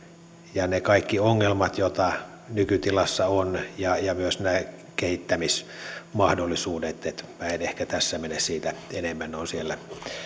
ja ne kaikki ongelmat joita nykytilassa on ja ja myös nämä kehittämismahdollisuudet että en ehkä tässä mene siihen enemmän ne ovat siellä